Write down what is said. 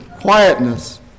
quietness